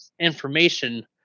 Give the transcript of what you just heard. information